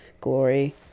glory